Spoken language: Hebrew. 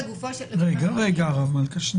רגע, הרב מלכא.